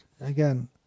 Again